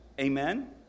Amen